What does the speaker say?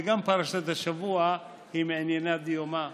וגם פרשת השבוע היא מענייני דיומא,